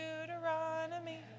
Deuteronomy